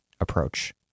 approach